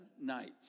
nights